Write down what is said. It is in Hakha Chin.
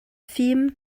fim